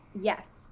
Yes